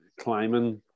climbing